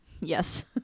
Yes